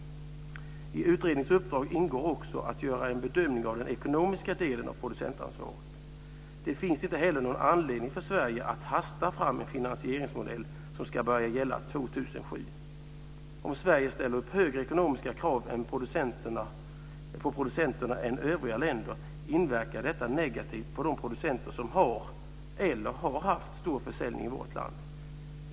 I utredningens uppdrag ingår också att göra en bedömning av den ekonomiska delen av producentansvaret. Det finns inte någon anledning för Sverige att hasta fram en finansieringsmodell som ska börja gälla 2007. Om Sverige ställer upp högre ekonomiska krav på producenterna än vad övriga länder gör inverkar detta negativt på de producenter som har eller har haft stor försäljning i vårt land.